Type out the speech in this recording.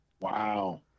Wow